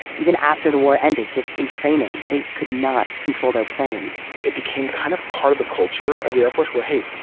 even after the war ended, just in training, they could not control their planes it became kind of part of the culture of the air force where hey,